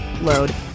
load